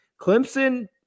Clemson